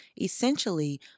Essentially